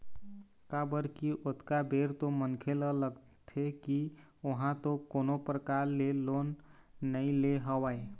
काबर की ओतका बेर तो मनखे ल लगथे की ओहा तो कोनो परकार ले लोन नइ ले हवय